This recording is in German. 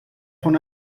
von